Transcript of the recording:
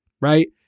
right